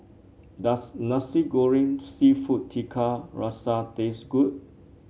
does Nasi Goreng seafood Tiga Rasa taste good